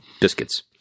biscuits